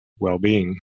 well-being